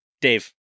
Dave